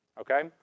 Okay